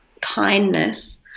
kindness